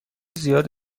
زیاد